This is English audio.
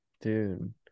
dude